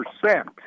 percent